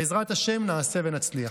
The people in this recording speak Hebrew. בעזרת השם נעשה ונצליח.